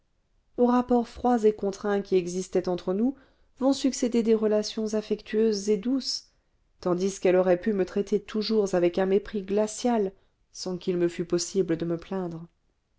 aux rapports froids et contraints qui existaient entre nous vont succéder des relations affectueuses et douces tandis qu'elle aurait pu me traiter toujours avec un mépris glacial sans qu'il me fût possible de me plaindre